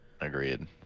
Agreed